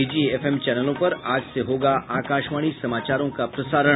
निजी एफएम चैनलों पर आज से होगा आकाशवाणी समाचारों का प्रसारण